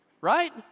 Right